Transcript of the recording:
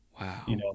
Wow